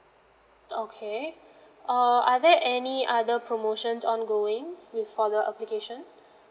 okay uh are there any other promotions ongoing with other application